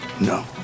No